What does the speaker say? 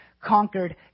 conquered